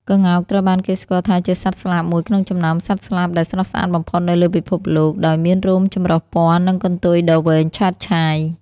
ក្ងោកត្រូវបានគេស្គាល់ថាជាសត្វស្លាបមួយក្នុងចំណោមសត្វស្លាបដែលស្រស់ស្អាតបំផុតនៅលើពិភពលោក ដោយមានរោមចម្រុះពណ៌ និងកន្ទុយដ៏វែងឆើតឆាយ។